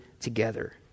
together